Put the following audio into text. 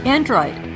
Android